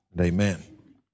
Amen